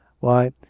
why,